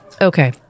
Okay